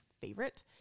favorite